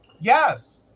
Yes